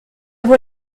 vaut